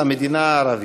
למדינה הערבית.